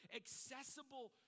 accessible